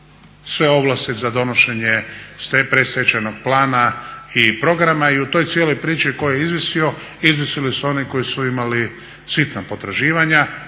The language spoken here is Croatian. sve ovlasti za donošenje predstečajnog plana i programa. I u toj cijeloj priči tko je izvisio, izvisili su oni koji su imali sitna potraživanja